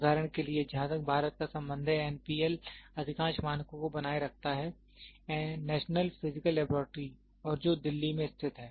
उदाहरण के लिए जहां तक भारत का संबंध है एनपीएल अधिकांश मानकों को बनाए रखता है नेशनल फ़िज़िकल लैबोरेटरी और जो दिल्ली में स्थित है